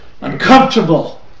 uncomfortable